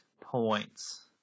points